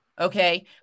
Okay